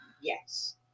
yes